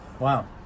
Wow